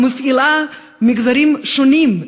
מפעילה מגזרים שונים,